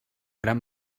gran